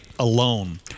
alone